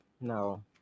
no